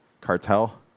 Cartel